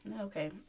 Okay